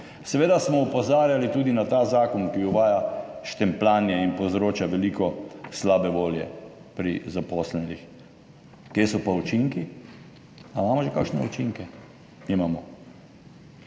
Seveda smo opozarjali tudi na ta zakon, ki uvaja štempljanje in povzroča veliko slabe volje pri zaposlenih. Kje so pa učinki? Ali imamo že kakšne učinke? Nimamo.